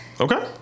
Okay